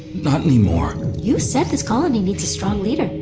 not anymore you said this colony needs a strong leader.